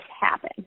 happen